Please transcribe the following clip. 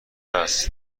است